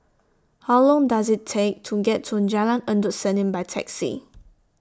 How Long Does IT Take to get to Jalan Endut Senin By Taxi